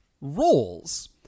roles